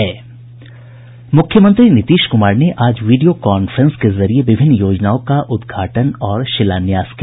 मुख्यमंत्री नीतीश कुमार ने आज वीडियो कांफ्रेंस के जरिये विभिन्न योजनाओं का उद्घाटन और शिलान्यास किया